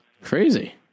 Crazy